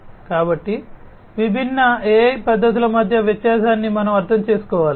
కాబట్టి విభిన్న AI పద్ధతుల మధ్య వ్యత్యాసాన్ని మనం అర్థం చేసుకోవాలి